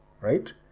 right